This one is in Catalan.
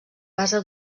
base